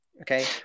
okay